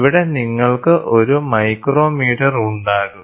ഇവിടെ നിങ്ങൾക്ക് ഒരു മൈക്രോമീറ്റർ ഉണ്ടാകും